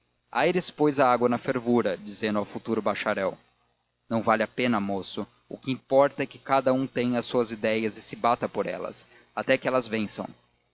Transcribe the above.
tempo aires pôs água na fervura dizendo ao futuro bacharel não vale a pena moço o que importa é que cada um tenha as suas ideias e se bata por elas até que elas vençam